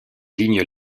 lignes